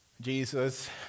Jesus